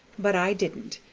but i didn't,